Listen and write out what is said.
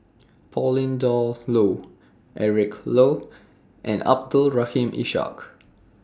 Pauline Dawn Loh Eric Low and Abdul Rahim Ishak